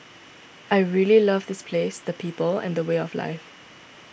I really love this place the people and the way of life